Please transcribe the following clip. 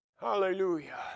Hallelujah